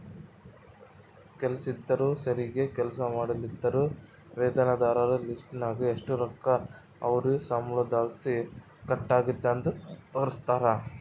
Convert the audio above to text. ಕೆಲಸ್ದೋರು ಸರೀಗ್ ಕೆಲ್ಸ ಮಾಡ್ಲಿಲ್ಲುದ್ರ ವೇತನದಾರರ ಲಿಸ್ಟ್ನಾಗ ಎಷು ರೊಕ್ಕ ಅವ್ರ್ ಸಂಬಳುದ್ಲಾಸಿ ಕಟ್ ಆಗೆತೆ ಅಂತ ತೋರಿಸ್ತಾರ